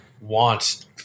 want